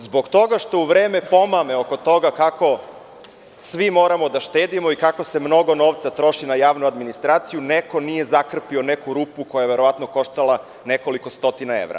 Zbog toga što u vreme pomame u oko toga kako svi moramo da štedimo i kako se mnogo novca troši na javnu administraciju neko nije zakrpio neku rupu koja je verovatno koštala nekoliko stotina evra.